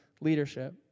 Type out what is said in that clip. leadership